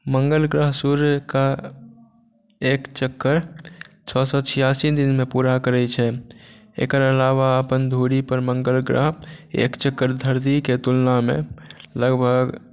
मङ्गल ग्रह सुर्य के एक चक्कर छओ सए छियासी दिनमे पुरा करै छथि एकर अलावा अपन धुरी पर मङ्गल ग्रह एक चक्कर धरतीके तुलनामे लगभग